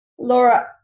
Laura